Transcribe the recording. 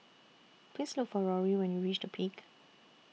Please Look For Rory when YOU REACH The Peak